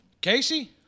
Casey